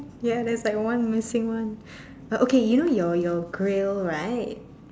ya there's like one missing one uh okay you know your your grill right